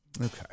Okay